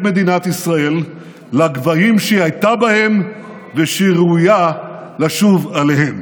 מדינת ישראל לגבהים שהייתה בהם ושהיא ראויה לשוב אליהם.